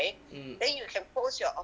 mm